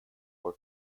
for